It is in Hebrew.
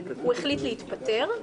אז הוא החליט להתפטר.